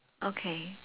okay